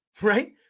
right